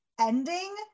ending